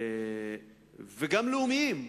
וגם לאומיים,